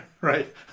Right